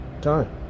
time